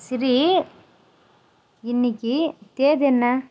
Siri இன்னைக்கி தேதி என்ன